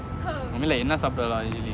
என்ன சாப்பிடுவ:enna saapiduwa lah usually